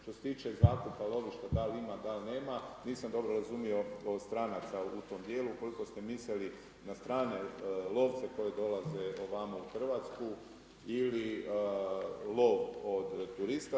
Što se tiče zakupa lovišta da li ima, da li nema nisam dobro razumio od stranaca u tom dijelu koliko ste mislili na strane lovce koji dolaze ovamo u Hrvatsku ili lov od turista.